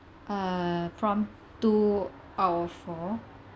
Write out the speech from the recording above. uh prompt two out of four okay